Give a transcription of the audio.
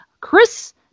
Chris